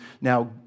Now